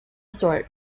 sort